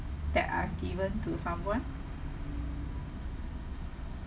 that I've given to someone